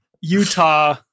Utah